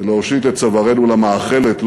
בלהושיט את צווארנו למאכלת,